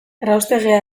erraustegia